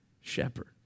shepherd